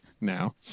now